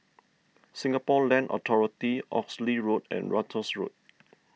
Singapore Land Authority Oxley Road and Ratus Road